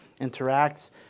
interact